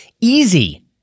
easy